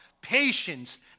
Patience